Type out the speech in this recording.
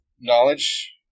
knowledge